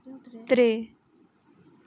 त्रैऽ